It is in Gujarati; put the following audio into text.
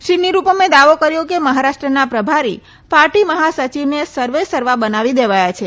શ્રી નિરૂપમે દાવો કર્યો કે મહારાષ્ટ્રના પ્રભારી પાર્ટી મહાસચિવને સર્વે સર્વા બનાવી દેવાયા છે